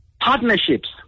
partnerships